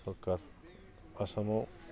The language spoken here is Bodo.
सोरखार आसामाव